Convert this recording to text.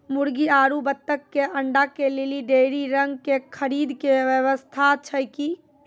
मुर्गी आरु बत्तक के अंडा के लेली डेयरी रंग के खरीद के व्यवस्था छै कि?